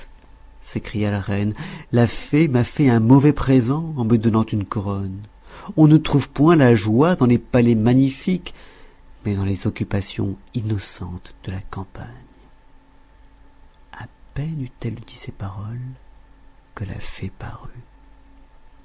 s'écria la reine la fée m'a fait un mauvais présent en me donnant une couronne on ne trouve point la joie dans les palais magnifiques mais dans les occupations innocentes de la campagne a peine eut-elle dit ces paroles que la fée parut